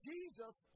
Jesus